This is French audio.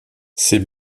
ces